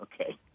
Okay